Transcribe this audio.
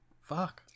Fuck